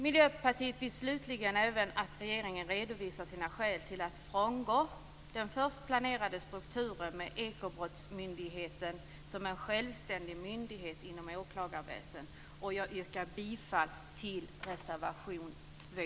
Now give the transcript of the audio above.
Miljöpartiet vill slutligen även att regeringen redovisar sina skäl till att frångå den först planerade strukturen med Ekobrottsmyndigheten som en självständig myndighet inom åklagarväsendet. Jag yrkar bifall till reservation 2.